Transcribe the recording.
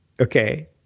Okay